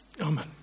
Amen